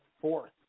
fourth